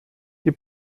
die